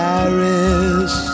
Paris